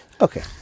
Okay